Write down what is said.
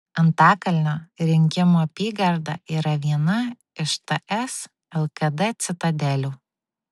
antakalnio rinkimų apygarda yra viena iš ts lkd citadelių